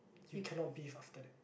you cannot bathe after that